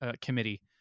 committee